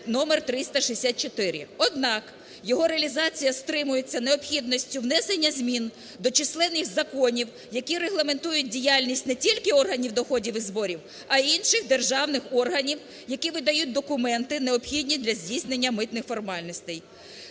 № 364. Однак його реалізація стримується необхідністю внесення змін до численних законів, які регламентують діяльність не тільки органів доходів і зборів, а й інших державних органів, які видають документи, необхідні для здійснення митних формальностей.